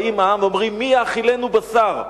באים העם ואומרים: מי יאכילנו בשר?